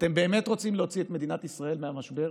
ואתם באמת רוצים להוציא את מדינת ישראל מהמשבר,